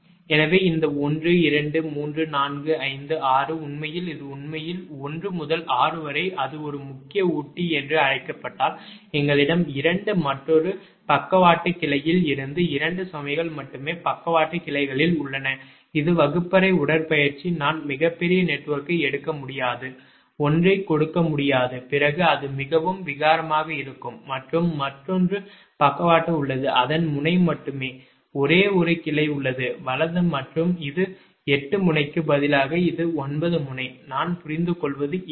எனவே இந்த 123456 உண்மையில் இது உண்மையில் 1 முதல் 6 வரை அது ஒரு முக்கிய ஊட்டி என்று அழைக்கப்பட்டால் எங்களிடம் 2 மற்றொரு பக்கவாட்டு கிளையில் இருந்து 2 சுமைகள் மட்டுமே பக்கவாட்டு கிளைகளில் உள்ளன இது வகுப்பறை உடற்பயிற்சி நான் மிகப் பெரிய நெட்வொர்க்கை எடுக்க முடியாது ஒன்றை கொடுக்க முடியாது பிறகு அது மிகவும் விகாரமாக இருக்கும் மற்றும் மற்றொரு பக்கவாட்டு உள்ளது அதன் முனை மட்டுமே ஒரே ஒரு கிளை உள்ளது வலது மற்றும் இது 8 முனைக்கு பதிலாக இது 9 முனை நான் புரிந்துகொள்வது எளிது